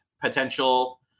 potential